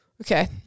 okay